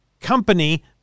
company